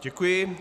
Děkuji.